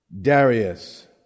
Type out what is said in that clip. Darius